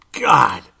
God